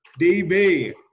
DB